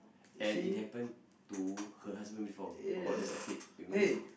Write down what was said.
and it happened to her husband before about the sex tape remember